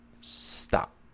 stop